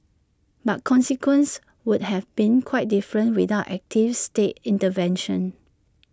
but consequences would have been quite different without active state intervention